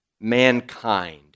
mankind